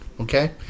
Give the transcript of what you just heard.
okay